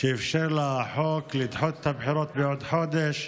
שאפשר לה החוק ולדחות את הבחירות בעוד חודש,